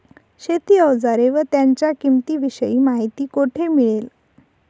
शेती औजारे व त्यांच्या किंमतीविषयी माहिती कोठे मिळेल?